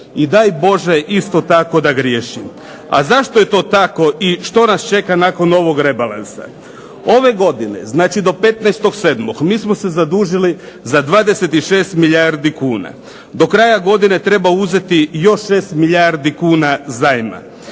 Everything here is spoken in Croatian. I daj Bože isto tako da griješim. A zašto je to tako i što nas čeka nakon ovog rebalansa? Ove godine, znači do 15. 7. mi smo se zadužili za 26 milijardi kuna. Do kraja godine treba uzeti još 6 milijardi kuna zajma.